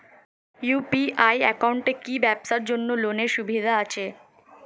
UPI একাউন্টে কি ব্যবসার জন্য লোনের সুবিধা আছে?